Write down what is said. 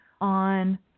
on